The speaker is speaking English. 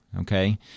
Okay